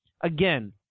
again